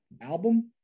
album